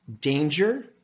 Danger